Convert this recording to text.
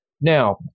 Now